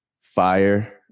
Fire